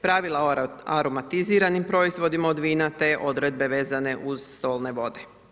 Pravila o aromatiziranim proizvodima od vina, te odredbe vezane uz stolne vode.